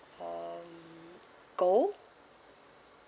uh gold